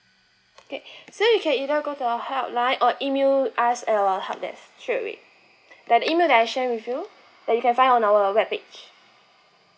okay so you can either go to our help line or email us I'll help that straight away that email that I share with you that you can find on our web page